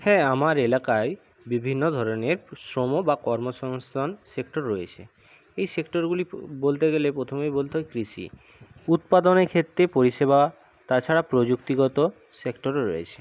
হ্যাঁ আমার এলাকায় বিভিন্ন ধরনের শ্রমো বা কর্মসংস্থান সেক্টর রয়েছে এই সেক্টরগুলি বলতে গেলে প্রথমেই বলতে হয় কৃষি উৎপাদনের ক্ষেত্রে পরিষেবা তাছাড়া প্রযুক্তিগত সেক্টরও রয়েছে